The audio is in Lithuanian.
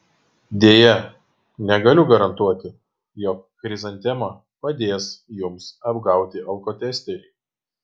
deja negaliu garantuoti jog chrizantema padės jums apgauti alkotesterį